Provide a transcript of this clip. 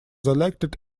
elected